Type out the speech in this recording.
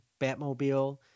Batmobile